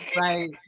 Right